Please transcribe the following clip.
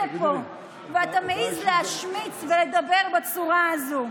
לפה ואתה מעז להשמיץ ולדבר בצורה הזו.